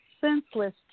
senseless